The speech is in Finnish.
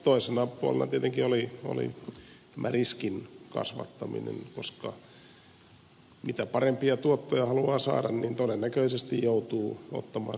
toisena puolena tietenkin oli tämä riskin kasvattaminen koska jos parempia tuottoja haluaa saada niin todennäköisesti joutuu ottamaan suurempaa riskiä